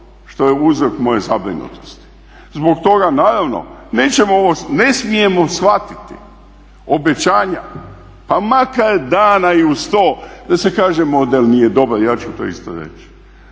što je uzrok moje zabrinutosti. Zbog toga naravno ne smijemo shvatiti obećanja pa makar dana i uz to da se kaže model nije dobar, ja ću to isto reći.